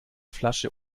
flasche